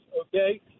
okay